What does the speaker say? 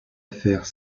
affaire